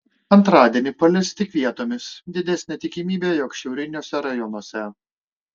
antradienį palis tik vietomis didesnė tikimybė jog šiauriniuose rajonuose